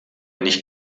nicht